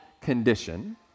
condition